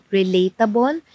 relatable